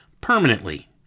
permanently